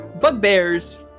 bugbears